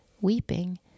weeping